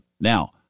Now